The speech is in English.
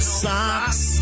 socks